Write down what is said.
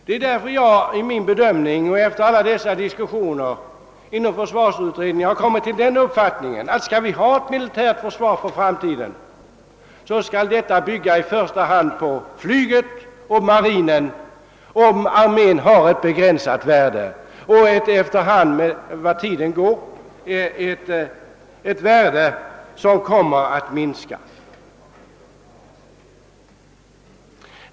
Jag har därför vid min bedömning och efter alla diskussioner som jag har deltagit i inom försvarsutredningen kommit till den uppfattningen, att om vi skall ha kvar ett militärt försvar för framtiden måste detta bygga på i första hand flyget och marinen, eftersom armén har ett begränsat värde och ett värde som, efter hand som tiden går, kommer att minska.